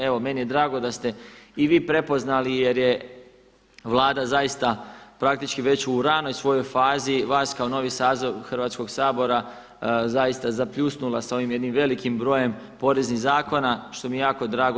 Evo meni je drago da ste i vi prepoznali jer je Vlada zaista praktički već u ranoj svojoj fazi vas kao novi saziv Hrvatskog sabora zaista zapljusnula s ovim jednim velikim brojem poreznih zakona, što mi je jako drago.